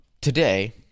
today